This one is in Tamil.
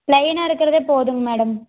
பிளைனாக இருக்குறதே போதுங்க மேடம்